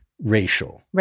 racial